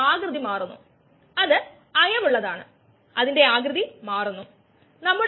നമുക്ക് കാര്യങ്ങൾ കഴിയുന്നത്ര ലളിതമാക്കാം